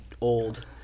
old